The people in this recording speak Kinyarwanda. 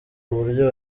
uburyo